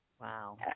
wow